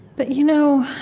but you know,